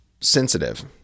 sensitive